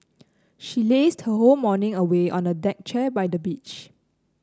she lazed her whole morning away on a deck chair by the beach